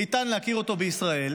ניתן להכיר אותו בישראל,